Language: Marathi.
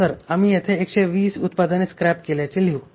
तर आम्ही येथे 120 उत्पादने स्क्रॅप केल्याचे लिहू